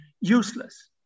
useless